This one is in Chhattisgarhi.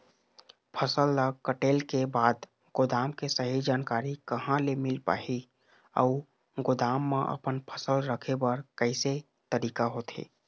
फसल ला कटेल के बाद गोदाम के सही जानकारी कहा ले मील पाही अउ गोदाम मा अपन फसल रखे बर कैसे तरीका होथे?